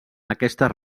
aquestes